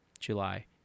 july